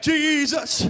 Jesus